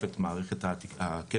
ולייצר